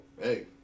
Hey